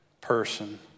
person